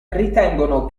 ritengono